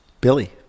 Billy